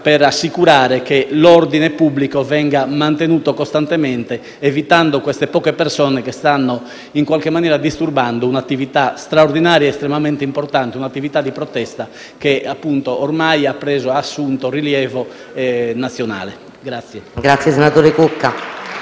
per assicurare che l'ordine pubblico venga mantenuto costantemente, isolando queste poche persone che stanno disturbando un'attività straordinaria ed estremamente importante, un'attività di protesta che ormai ha assunto rilievo nazionale.